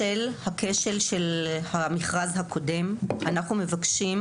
בשל הכשל של המכרז הקודם אנחנו מבקשים,